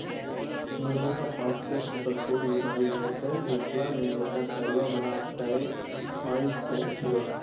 मुनगा पातकेँ सुपरफुड बुझल जाइ छै मिथिला मे एकर तरुआ बना कए खाइ छै लोक